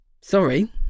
Sorry